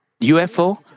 UFO